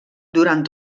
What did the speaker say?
durant